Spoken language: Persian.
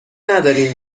ندارین